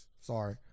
Sorry